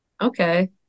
Okay